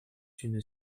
une